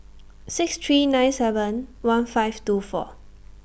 six three nine seven one five two four